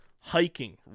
Hiking